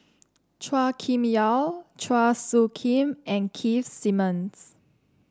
Chua Kim Yeow Chua Soo Khim and Keith Simmons